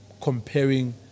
comparing